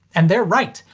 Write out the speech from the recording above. and they're right!